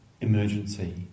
emergency